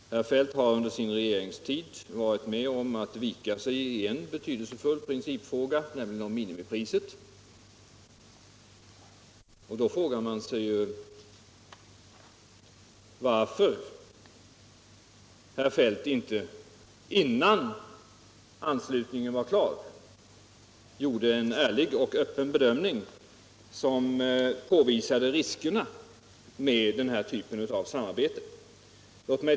Herr Feldt har ju under sin regeringstid fått vika sig i en betydelsefull principfråga, nämligen frågan om minimipriset. Då undrar man varför herr Feldt inte innan anslutningen var klar gjorde en ärlig och öppen bedömning, som påvisade riskerna med den här typen av samarbete.